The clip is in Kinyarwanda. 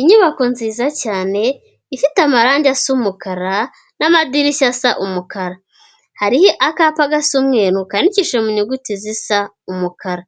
Inyubako nziza cyane, ifite amarangi asa umukara n'amadirishya asa umukara, hariho akapa gasa umweru kandikishinje mu nyuguti zisa umukara,